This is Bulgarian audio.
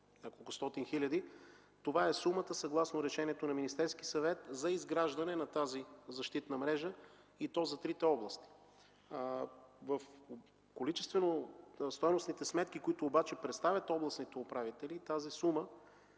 Това е сумата съгласно решението на Министерския съвет за изграждане на тази защитна мрежа, и то за трите области. В количествено-стойностните сметки, които обаче представят областните управители, тази сума